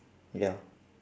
ya